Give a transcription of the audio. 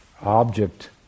object